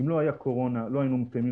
אם לא הייתה קורונה לא היינו מקיימים